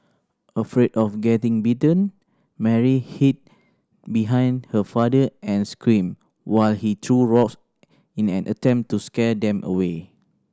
afraid of getting bitten Mary hid behind her father and screamed while he threw rocks in an attempt to scare them away